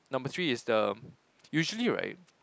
number three is the usually right